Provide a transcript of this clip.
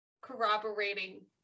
corroborating